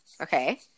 Okay